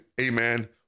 amen